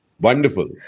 Wonderful